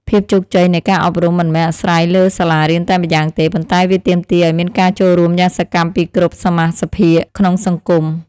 ភាពជោគជ័យនៃការអប់រំមិនមែនអាស្រ័យលើសាលារៀនតែម្យ៉ាងទេ ប៉ុន្តែវាទាមទារឱ្យមានការចូលរួមយ៉ាងសកម្មពីគ្រប់សមាសភាគក្នុងសង្គម។